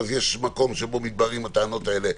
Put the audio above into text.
יש מקום שבו מתבררות הטענות האלה,